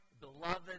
beloved